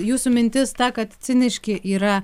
jūsų mintis ta kad ciniški yra